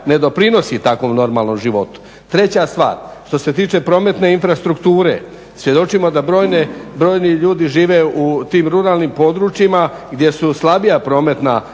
ne pridonosi takvom normalnom životu. Treća stvar, što se tiče prometne infrastrukture, svjedočimo da brojni ljudi žive u tim ruralnim područjima gdje su slabija prometna povezanost a